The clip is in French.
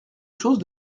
chose